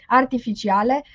artificiale